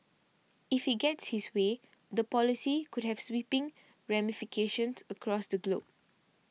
if he gets his way the policy could have sweeping ramifications across the globe